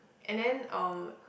and then um